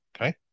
Okay